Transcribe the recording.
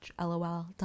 lol